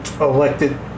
elected